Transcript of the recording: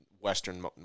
Western